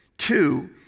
Two